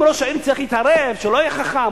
אם ראש העיר צריך להתערב, שלא יהיה חכם.